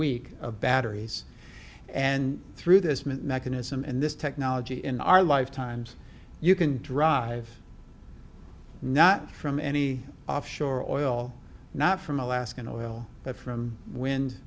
week of batteries and through this mint mechanism in this technology in our lifetimes you can drive not from any off shore oil not from alaskan oil but from wind